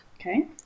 Okay